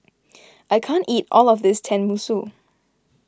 I can't eat all of this Tenmusu